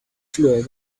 floor